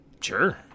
Sure